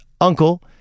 uncle